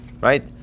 right